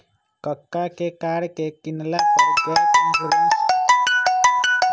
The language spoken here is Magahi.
कक्का के कार के किनला पर गैप इंश्योरेंस लेनाइ बुधियारी बला फैसला रहइ